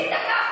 תגידי,